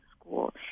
school